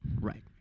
Right